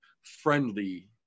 friendly